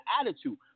attitude